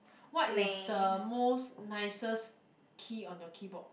what is the most nicest key on the keyboard